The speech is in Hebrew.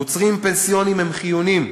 מוצרים פנסיוניים הם חיוניים